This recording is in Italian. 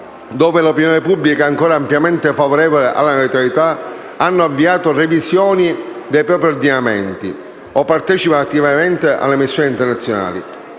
dove l'opinione pubblica è ancora ampiamente favorevole alla neutralità, hanno avviato revisioni dei propri ordinamenti o partecipano attivamente alle missioni internazionali.